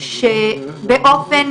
שבאופן